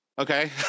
Okay